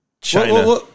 China